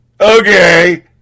Okay